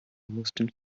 mussten